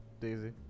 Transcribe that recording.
Daisy